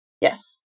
Yes